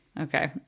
Okay